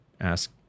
ask